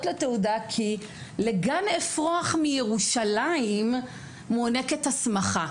לתעודה כי לגן אפרוח מירושלים מוענקת הסמכה".